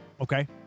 Okay